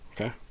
Okay